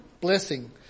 blessing